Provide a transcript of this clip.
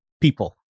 people